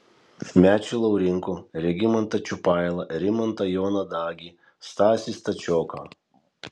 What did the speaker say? mečį laurinkų regimantą čiupailą rimantą joną dagį stasį stačioką